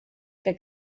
que